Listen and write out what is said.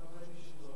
אני מעל הנוהג.